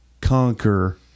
conquer